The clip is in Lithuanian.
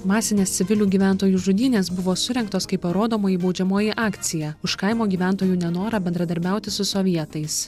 masinės civilių gyventojų žudynės buvo surengtos kaip parodomoji baudžiamoji akcija už kaimo gyventojų nenorą bendradarbiauti su sovietais